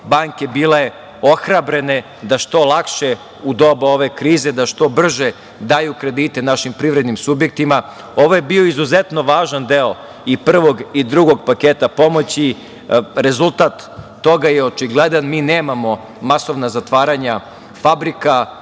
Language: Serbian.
banke bile ohrabrene da što lakše u doba ove krize, da što brže daju kredite našim privrednim subjektima. Ovo je bio izuzetno važan deo i prvog i drugog paketa pomoći. Rezultat toga je očigledan. Mi nemamo masovna zatvaranja fabrika,